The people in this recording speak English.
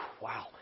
wow